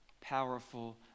powerful